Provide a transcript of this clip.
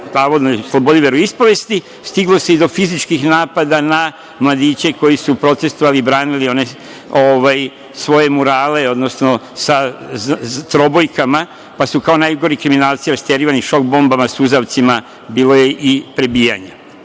o navodnoj slobodi veroispovesti, stiglo se i do fizičkih napada na mladiće koji su protestovali i branili one svoje murale, odnosno trobojke, pa su kao najgori kriminalci rasterivani šok bombama, suzavcima, bilo je i prebijanja. Dakle,